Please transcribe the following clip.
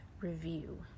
review